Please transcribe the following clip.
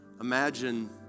Imagine